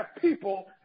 people